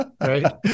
right